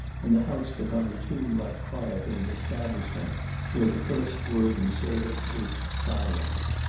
and the house took on the tomb-like quiet of an establishment where the first word in service is silence.